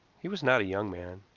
he was not a young man.